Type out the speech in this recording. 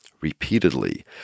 Repeatedly